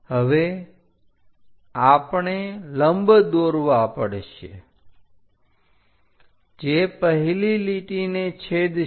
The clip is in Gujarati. હવે આપણે લંબ દોરવા પડશે જે પહેલી લીટીને છેદશે